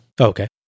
okay